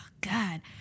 God